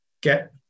get